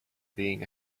being